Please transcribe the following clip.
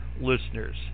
listeners